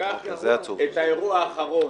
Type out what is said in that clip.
האירוע האחרון,